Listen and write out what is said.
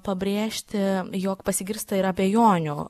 pabrėžti jog pasigirsta ir abejonių